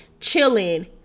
chilling